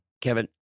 Kevin